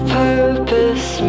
purpose